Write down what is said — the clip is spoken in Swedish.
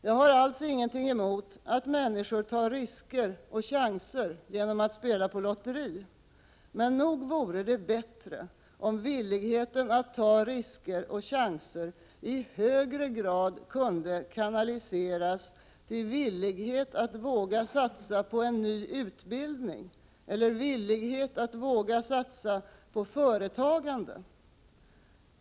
Jag har alltså ingenting emot att människor tar risker och chanser genom att spela på lotteri, men nog vore det bättre om villigheten att ta risker och chanser i högre grad kunde kanaliseras till villighet att våga satsa på en ny utbildning eller villighet att våga satsa på företagande.